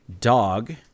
dog